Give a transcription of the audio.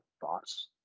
thoughts